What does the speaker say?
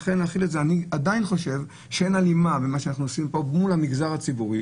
לכן אני עדיין חושב שאין הלימה בין מה שאנחנו עושים כאן מול המגזר הציבורי